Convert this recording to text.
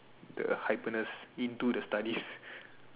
the hyperness into the study